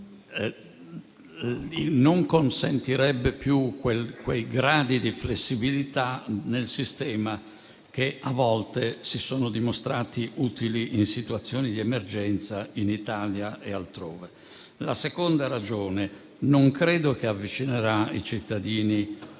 non consentirebbe più quei gradi di flessibilità nel sistema che a volte si sono dimostrati utili in situazioni di emergenza in Italia e altrove. Per quanto riguarda la seconda ragione, non credo che avvicinerà i cittadini